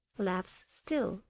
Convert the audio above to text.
laughs still